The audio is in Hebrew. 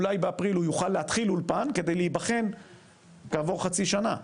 אולי באפריל הוא יוכל להתחיל אולפן כדי להיבחן כעבור חצי שנה.